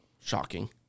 Shocking